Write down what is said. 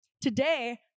today